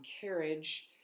carriage